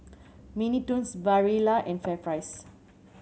Mini Toons Barilla and FairPrice